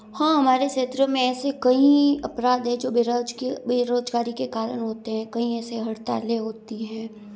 हाँ हमारे क्षेत्र में ऐसे कई अपराध है जो बेरोज़ के बेरोज़गारी के कारण होते हैं कई ऐसे हड़तालें होती हैं